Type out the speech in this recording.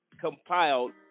compiled